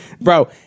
bro